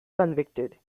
convicted